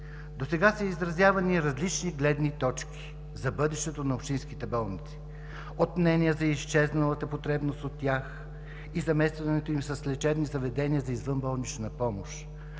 Досега са изразявани различни гледни точки за бъдещето на общинските болници: от мнения за изчезналата потребност от тях и заместването им с лечебни заведения за извънболнична помощ